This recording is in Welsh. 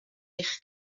eich